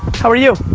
how are you?